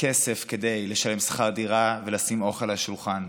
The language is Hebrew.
כסף כדי לשלם שכר דירה ולשים אוכל על השולחן,